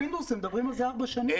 אבל פינדרוס, הם מדברים על זה ארבע שנים.